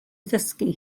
ddysgu